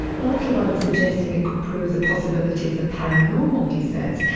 let alone suggesting it could prove the possibility of the paranormal he says,